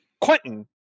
Quentin